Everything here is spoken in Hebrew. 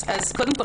קודם כול,